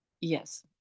Yes